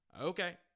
Okay